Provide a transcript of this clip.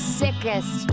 sickest